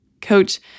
coach